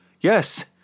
yes